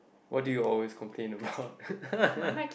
what do you always complain about